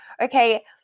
Okay